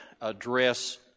address